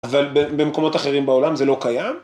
אבל במקומות אחרים בעולם זה לא קיים?